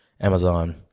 Amazon